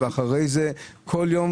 ואחרי כן עבודה בכל יום.